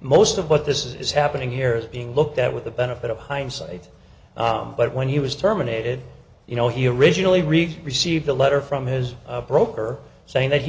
most of what this is happening here is being looked at with the benefit of hindsight but when he was terminated you know he originally read received a letter from his broker saying that he